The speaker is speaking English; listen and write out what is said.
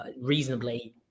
reasonably